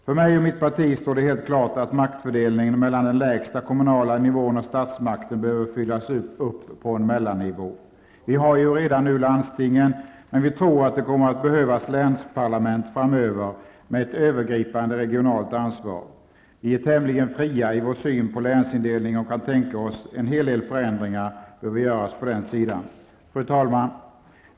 För mig och mitt parti står det helt klart att maktfördelningen mellan den lägsta kommunala nivån och statsmakten behöver fyllas upp på en mellannivå. Vi har redan landstingen, men vi tror att det kommer att behövas länsparlament framöver med ett övergripande regionalt ansvar. Vi är tämligen fria i vår syn på länsindelningen och kan tänka oss att en hel del förändringar behöver göras på den sidan. Fru talman!